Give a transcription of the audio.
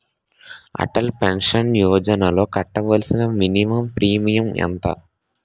Atal pension యోజనలో కట్టవలసిన minimum premium ఎంత?